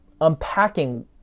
Unpacking